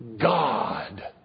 God